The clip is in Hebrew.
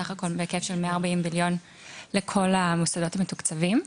סך הכל בהיקף של מאה ארבעים מיליון לכל המוסדות מתוקצבים.